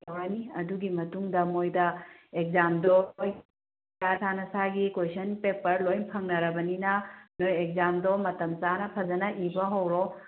ꯇꯧꯔꯅꯤ ꯑꯗꯨꯒꯤ ꯃꯇꯨꯡꯗ ꯃꯣꯏꯗ ꯑꯦꯛꯖꯥꯝꯗꯣ ꯅꯁꯥ ꯅꯁꯥꯒꯤ ꯀꯣꯏꯁꯟ ꯄꯦꯄꯔ ꯂꯣꯏ ꯐꯪꯅꯔꯕꯅꯤꯅ ꯅꯣꯏ ꯑꯦꯛꯖꯥꯝꯗꯣ ꯃꯇꯝ ꯆꯥꯅ ꯐꯖꯅ ꯏꯕ ꯍꯧꯔꯣ